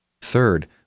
Third